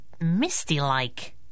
misty-like